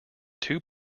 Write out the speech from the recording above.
two